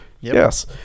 Yes